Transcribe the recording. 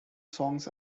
songs